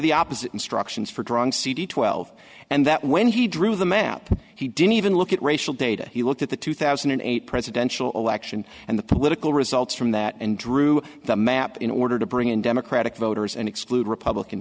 the opposite instructions for drawing cd twelve and that when he drew the map he didn't even look at racial data he looked at the two thousand and eight presidential election and the political results from that and drew the map in order to bring in democratic voters and exclude republican